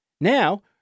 Now